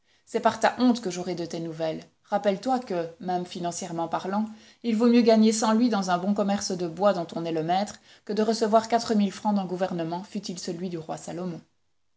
c'est par ta honte que j'aurai de tes nouvelles rappelle-toi que même financièrement parlant il vaut mieux gagner cent louis dans un bon commerce de bois dont on est le maître que de recevoir quatre mille francs d'un gouvernement fût-il celui du roi salomon